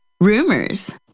rumors